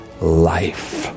life